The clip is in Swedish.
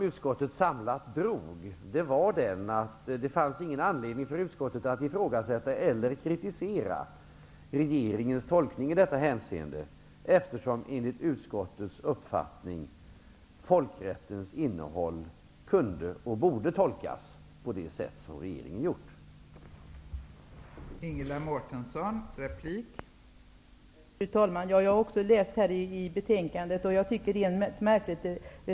Utskottets samlade slutsats var att det inte fanns någon anledning för utskottet att ifrågasätta eller kritisera regeringens tolkning i detta hänseende, eftersom folkrättens innehåll enligt utskottets uppfattning kunde, och borde, tolkas på det sätt som regeringen tolkat det.